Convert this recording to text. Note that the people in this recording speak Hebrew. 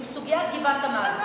עם סוגיית גבעת-עמל,